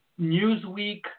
Newsweek